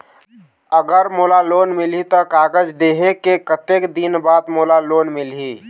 अगर मोला लोन मिलही त कागज देहे के कतेक दिन बाद मोला लोन मिलही?